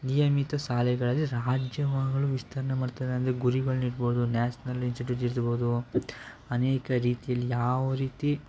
ನಿಯಮಿತ ಶಾಲೆಗಳಲ್ಲಿ ರಾಜ್ಯಗಳು ವಿಸ್ತರಣೆ ಮಾಡ್ತಾರೆ ಅಂದರೆ ಗುರಿಗಳನ್ನಿರ್ಬೋದು ನ್ಯಾಷ್ನಲ್ ಇನ್ಸ್ಟಿಟ್ಯೂಟ್ ಇರ್ಬೋದು ಅನೇಕ ರೀತಿಯಲ್ಲಿ ಯಾವ ರೀತಿ